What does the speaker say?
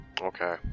Okay